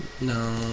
No